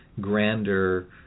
grander